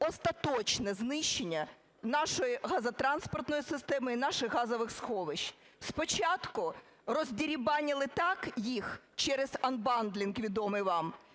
остаточне знищення нашої газотранспортної системи і наших газових сховищ. Спочатку роздерибанили так їх через анбандлінг відомий вам,